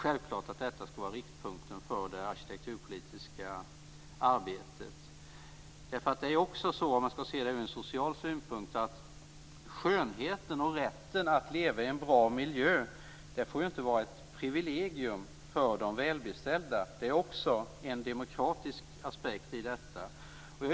Självklart skall det här vara riktpunkten för det arkitekturpolitiska arbetet. Socialt får inte skönheten och rätten att leva i en bra miljö vara ett privilegium för de välbeställda. Det finns alltså också en demokratisk aspekt här.